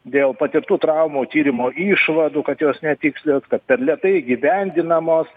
dėl patirtų traumų tyrimo išvadų kad jos netikslios kad per lėtai įgyvendinamos